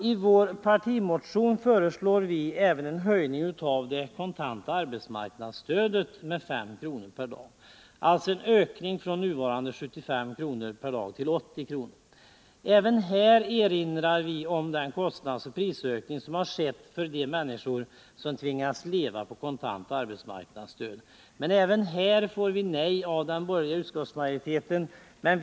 I vår partimotion föreslår vi även en höjning av det kontanta arbetsmarknadsstödet med 5 kr. per dag, alltså en ökning från nuvarande 75 kr. per dag till 80 kr. per dag. Även i det här sammanhanget erinrar vi om den kostnadsoch prisökning som har skett för de människor som tvingas leva på kontant arbetsmarknadsstöd. Men också på den här punkten får vi nej av den borgerliga utskottsmajoriteten.